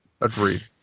Agreed